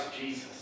Jesus